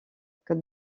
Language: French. côte